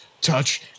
touch